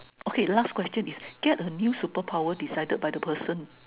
okay last question is get a new superpower decided by the person